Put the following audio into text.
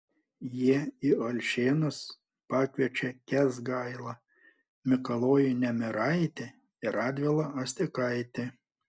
jie į alšėnus pakviečia kęsgailą mikalojų nemiraitį ir radvilą astikaitį